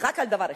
רק לדבר אחד: